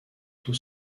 tôt